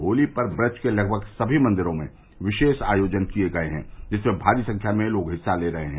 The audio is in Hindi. होली पर ब्रज के लगभग सभी मंदिरो में विशेष आयोजन किए गये हैं जिनमें भारी संख्या में लोग हिस्सा ले रहे हैं